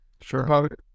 sure